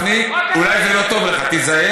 חבר הכנסת גפני, אולי זה לא טוב לך, תיזהר.